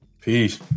Peace